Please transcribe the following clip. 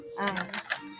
eyes